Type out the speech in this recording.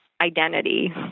identity